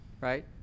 Right